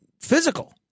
physical